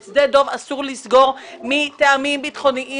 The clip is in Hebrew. את שדה דב אסור לסגור מטעמים ביטחוניים.